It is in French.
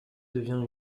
devient